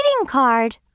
card